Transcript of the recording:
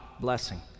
blessing